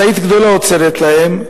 משאית גדולה עוצרת להם,